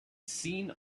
seen